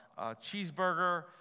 cheeseburger